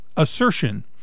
assertion